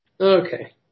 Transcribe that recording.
Okay